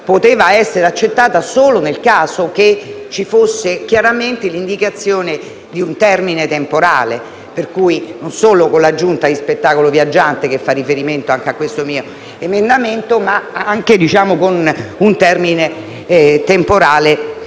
potuto essere accettata solo nel caso in cui ci fosse stata chiaramente l'indicazione di un termine temporale, e non solo con l'aggiunta degli spettacoli viaggianti, che fa riferimento anche a questo mio emendamento. Questo termine temporale